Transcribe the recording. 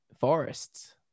forests